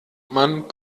man